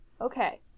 Okay